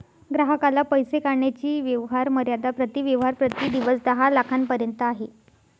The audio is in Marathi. ग्राहकाला पैसे काढण्याची व्यवहार मर्यादा प्रति व्यवहार प्रति दिवस दहा लाखांपर्यंत आहे